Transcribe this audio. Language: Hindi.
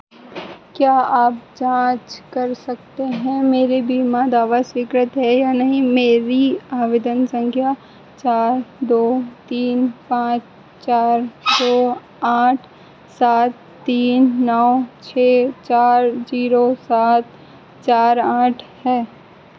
क्या आप जांच कर सकते हैं मेरे बीमा दावा स्वीकृत है या नहीं मेरी आवेदन संख्या चार दो तीन पांच चार दो आठ सात तीन नौ छः चार ज़ीरो सात चार आठ है